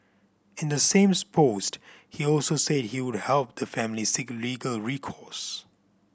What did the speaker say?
in the same post he also said he would help the family seek legal recourse